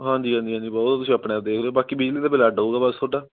ਹਾਂਜੀ ਹਾਂਜੀ ਹਾਂਜੀ ਬਹੁਤ ਕੁਛ ਆਪਣਾ ਦੇਖ ਲਓ ਬਾਕੀ ਬਿਜਲੀ ਦਾ ਬਿਲ ਅੱਡ ਹੋਵੇਗਾ ਬਸ ਤੁਹਾਡਾ